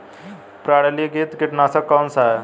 प्रणालीगत कीटनाशक कौन सा है?